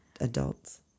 adults